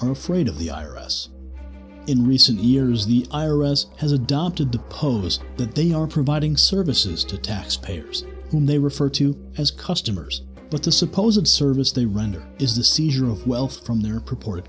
are afraid of the iris in recent years the i r s has adopted to post that they are providing services to taxpayers whom they refer to as customers but the supposed service they render is the seizure of wealth from their purported